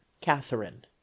catherine